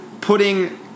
putting